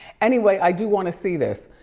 anyway, i do wanna see this.